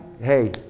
hey